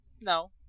No